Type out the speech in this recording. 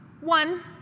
One